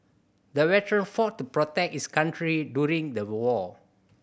the veteran fought to protect his country during the war